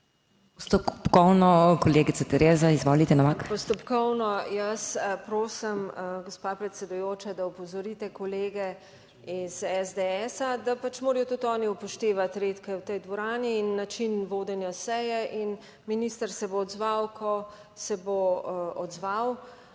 Postopkovno, kolegica Tereza, izvolite, Novak. **TEREZA NOVAK (PS Svoboda):** Postopkovno, jaz prosim, gospa predsedujoča, da opozorite kolege iz SDS, da pač morajo tudi oni upoštevati redke v tej dvorani in način vodenja seje in minister se bo odzval, ko se bo odzval.